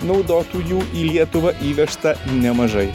naudotų jų į lietuvą įvežta nemažai